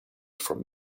from